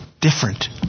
different